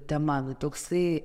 tema nu toksai